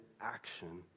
action